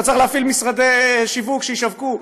אתה צריך להפעיל משרדי שיווק שישווקו.